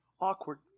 Awkward